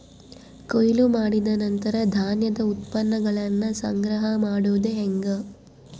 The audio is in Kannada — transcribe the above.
ಕೊಯ್ಲು ಮಾಡಿದ ನಂತರ ಧಾನ್ಯದ ಉತ್ಪನ್ನಗಳನ್ನ ಸಂಗ್ರಹ ಮಾಡೋದು ಹೆಂಗ?